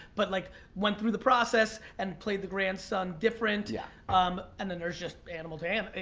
but like went through the process and played the grandson different. yeah um and then there's just animal to and and